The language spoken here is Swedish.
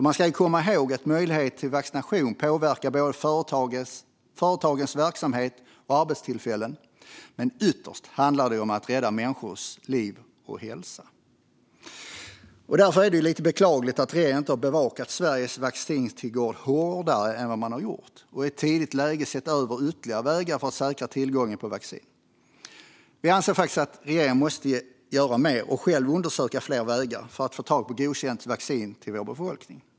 Man ska komma ihåg att möjligheten till vaccination givetvis påverkar företagens verksamhet och arbetstillfällen men att det ytterst handlar om att rädda människors liv och hälsa. Därför är det lite beklagligt att regeringen inte har bevakat Sveriges tillgång på vaccin hårdare än man gjort och att man inte i ett tidigt läge har sett över ytterligare vägar för att säkra tillgången på vaccin. Vi anser att regeringen faktiskt måste göra mer och själv undersöka fler vägar för att få tag på godkänt vaccin till vår befolkning.